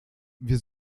wir